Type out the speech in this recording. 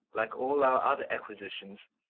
like all our other acquisitions,